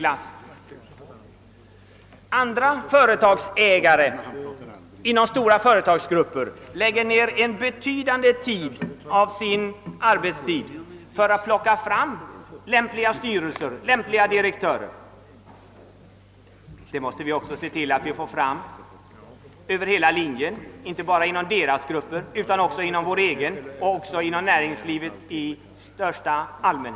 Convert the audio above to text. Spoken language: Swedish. Andra företagsägare inom stora företagsgrupper anslår en betydande del av sin arbetstid till att plocka fram lämpliga styrelser och lämpliga direktörer. På statligt håll måste vi också se till att vi får fram dugligt folk. De behövs över hela linjen, inte bara inom det privata näringslivet utan också inom vår egen Srupp.